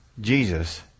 Jesus